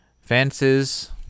fences